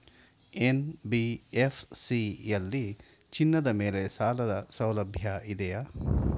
NBFC ಯಲ್ಲಿ ಚಿನ್ನದ ಮೇಲೆ ಸಾಲಸೌಲಭ್ಯ ಇದೆಯಾ?